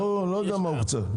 לא יודע מה הוקצה.